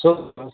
सोध्नुहोस्